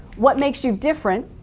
what makes you different,